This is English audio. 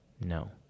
No